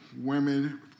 women